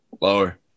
lower